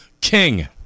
king